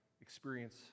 experience